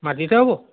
মাটিতে হ'ব